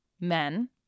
men